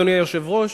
אדוני היושב-ראש,